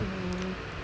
um